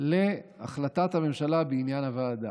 להחלטת הממשלה בעניין הוועדה.